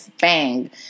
bang